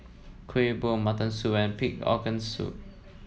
Kuih Bom Mutton Soup and Pig Organ Soup